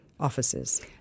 Offices